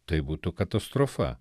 tai būtų katastrofa